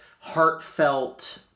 heartfelt